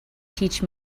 teach